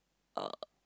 a